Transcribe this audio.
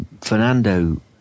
Fernando